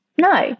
No